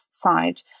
side